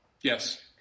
Yes